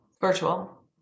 virtual